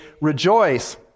rejoice